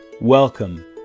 Welcome